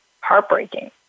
heartbreaking